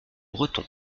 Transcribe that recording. breton